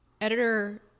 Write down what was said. editor